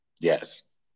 Yes